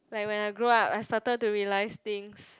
like when I grow up I started to realise things